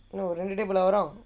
no உங்கிட்டே:unkitae